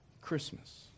Christmas